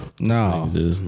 No